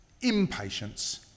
impatience